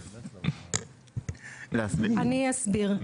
אני אסביר.